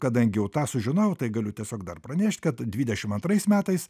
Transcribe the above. kadangi jau tą sužinojau tai galiu tiesiog dar pranešt kad dvidešim antrais metais